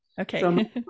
Okay